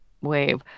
wave